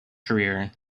career